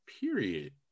Period